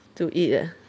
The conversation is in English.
to eat ah